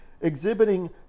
exhibiting